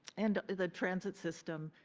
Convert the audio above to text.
and the transit system.